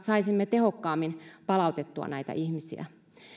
saisimme tehokkaammin palautettua näitä ihmisiä